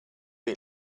eat